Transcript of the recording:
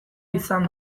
izan